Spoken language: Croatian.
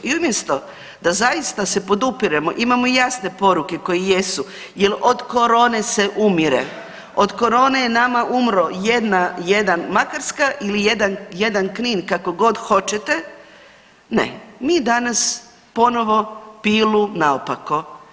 I umjesto da zaista se podupiremo, imamo jasne poruke koje jesu jer od korone se umire, od korone je nama umrlo jedna, jedan Makarska ili jedan Knin kako god hoćete, ne mi danas ponovo pilu naopako.